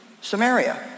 Samaria